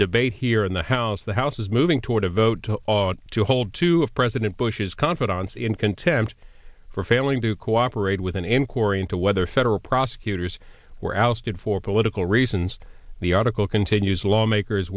debate here in the house the house is moving toward a vote on to hold two of president bush's confidence in contempt for failing to cooperate with an inquiry into whether federal prosecutors were ousted for political reasons the article continues lawmakers